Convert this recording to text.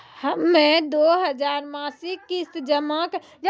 हम्मय दो हजार मासिक किस्त जमा करे वाला लोन बैंक से लिये सकय छियै की?